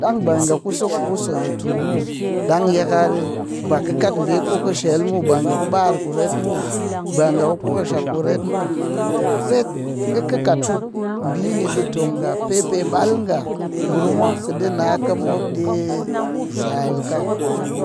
Ɗang ba nga ku so ku kɨ so yi tul muw ɗang yakal ba kɨ kat ɓi ku shel muw ɓar kuret muw, ba nga ku kwakashak ku ret muw, ret kɨ-kɨ kat ɓini, ɗi tong nga pee pe ɓal nga, mop kɨ na ka mop kɨ zal ka,